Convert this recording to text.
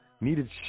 needed